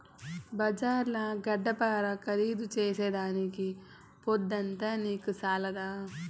బజార్ల గడ్డపార ఖరీదు చేసేదానికి పొద్దంతా నీకు చాలదా